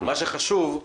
מה שחשוב הוא